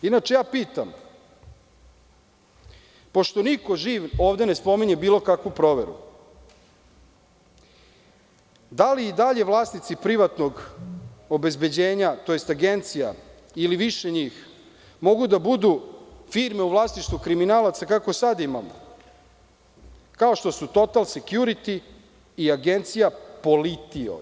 Inače, ja pitam, pošto niko živ ovde ne spominje bilo kakvu proveru – da li i dalje vlasnici privatnog obezbeđenja, tj. agencija ili više njih, mogu da budu firme u vlasništvu kriminalaca, kako sada imamo, kao što su „Total sekjuriti“ i Agencija „Polito“